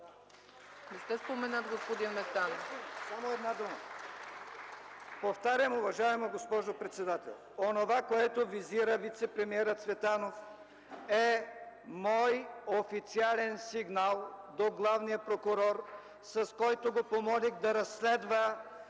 Не сте споменат, господин Местан. ЛЮТВИ МЕСТАН (ДПС): Само една дума. Повтарям, уважаема госпожо председател, онова, което визира вицепремиерът Цветанов е мой официален сигнал до главния прокурор, с който го помолих да разследва